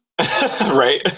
Right